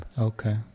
Okay